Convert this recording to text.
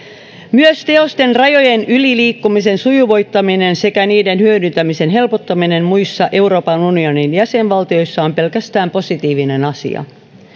myös teosten rajojen yli liikkumisen sujuvoittaminen sekä niiden hyödyntämisen helpottaminen muissa euroopan unionin jäsenvaltioissa on pelkästään positiivinen asia